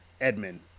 Edmund